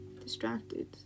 distracted